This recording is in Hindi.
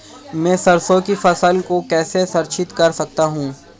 मैं सरसों की फसल को कैसे संरक्षित कर सकता हूँ?